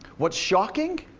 what's shocking